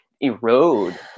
erode